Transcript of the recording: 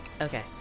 Okay